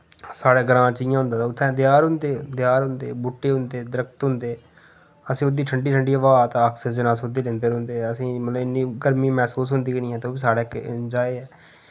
साढ़े ग्रां च इ'यां होंदा ते उत्थै देयार होंदे देयार होंदे बूह्टे होंदे दरख्त होंदे असें उदी ठंडी ठंडी हवा ते आक्सीजन अस उंदी लैंदे रौंह्दे असेंई मतलब इन्नी गर्मी मसूस होंदी गै निं ऐ ते ओ वि साढ़ा इक एन्जाय ऐ